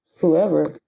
whoever